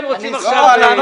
לא.